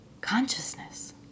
Consciousness